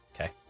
Okay